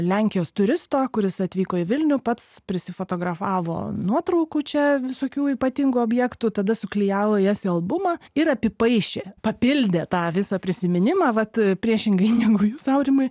lenkijos turisto kuris atvyko į vilnių pats prisi fotografavo nuotraukų čia visokių ypatingų objektų tada suklijavo jas į albumą ir apipaišė papildė tą visą prisiminimą vat priešingai negu jūs aurimai